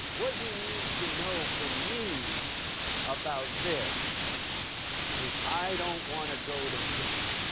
what you need to know from me about this is i don't want to go to jail.